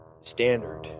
standard